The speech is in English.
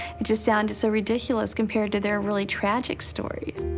it just sounded so ridiculous compared to their really tragic stories.